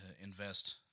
invest